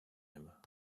him